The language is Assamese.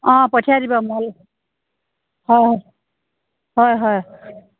অ' পঠিয়াই দিব হয় হয় হয়